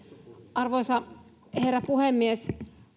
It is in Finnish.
arvoisa herra puhemies